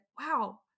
wow